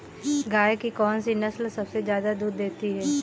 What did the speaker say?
गाय की कौनसी नस्ल सबसे ज्यादा दूध देती है?